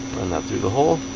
not do the whole